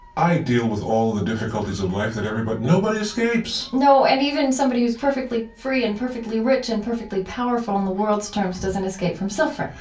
i deal with all of the difficulties of life that nobody escapes no. and even somebody who's perfectly free and perfectly rich and perfectly powerful in the world's terms doesn't escape from suffering,